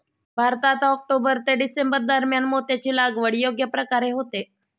भारतात ऑक्टोबर ते डिसेंबर दरम्यान मोत्याची लागवड योग्य प्रकारे होते